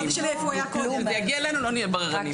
זאת